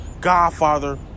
Godfather